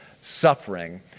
suffering